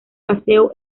paseo